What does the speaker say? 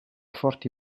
forti